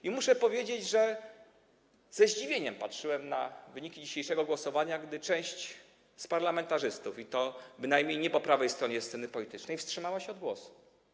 I muszę powiedzieć, że ze zdziwieniem patrzyłem na wyniki dzisiejszego głosowania, gdy część z parlamentarzystów, i to bynajmniej nie po prawej stronie sceny politycznej, wstrzymała się od głosu.